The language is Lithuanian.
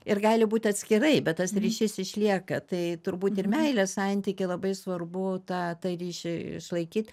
ir gali būti atskirai bet tas ryšys išlieka tai turbūt ir meilės santyky labai svarbu tą ryšį išlaikyt